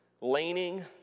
leaning